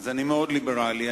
אני מאוד ליברלי.